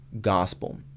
gospel